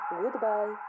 goodbye